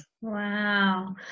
Wow